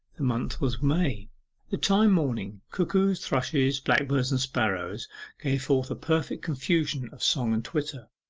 the month was may the time, morning. cuckoos, thrushes, blackbirds, and sparrows gave forth a perfect confusion of song and twitter.